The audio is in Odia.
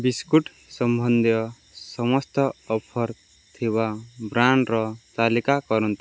ବିସ୍କୁଟ୍ ସମ୍ବନ୍ଧୀୟ ସମସ୍ତ ଅଫର୍ ଥିବା ବ୍ରାଣ୍ଡ୍ର ତାଲିକା କରନ୍ତୁ